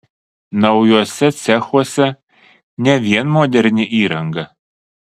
naujuose cechuose ne vien moderni įranga